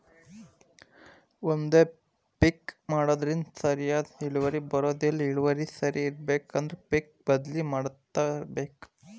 ಒಂದೇ ಪಿಕ್ ಮಾಡುದ್ರಿಂದ ಸರಿಯಾದ ಇಳುವರಿ ಬರುದಿಲ್ಲಾ ಇಳುವರಿ ಸರಿ ಇರ್ಬೇಕು ಅಂದ್ರ ಪಿಕ್ ಬದ್ಲಿ ಮಾಡತ್ತಿರ್ಬೇಕ